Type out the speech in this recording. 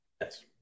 Yes